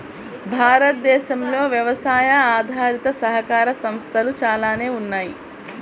భారతదేశంలో వ్యవసాయ ఆధారిత సహకార సంస్థలు చాలానే ఉన్నాయి